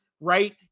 right